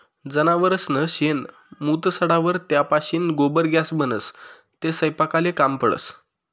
जनावरसनं शेण, मूत सडावर त्यापाशीन गोबर गॅस बनस, तो सयपाकले काम पडस